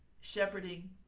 Shepherding